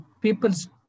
people's